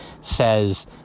says